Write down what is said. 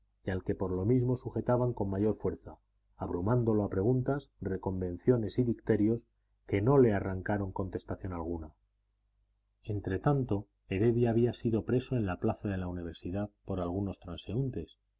y al que por lo mismo sujetaban con mayor fuerza abrumándolo a preguntas reconvenciones y dicterios que no le arrancaron contestación alguna entretanto heredia había sido preso en la plaza de la universidad por algunos transeúntes